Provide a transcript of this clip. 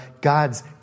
God's